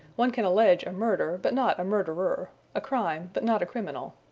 one can allege a murder, but not a murderer a crime, but not a criminal.